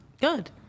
Good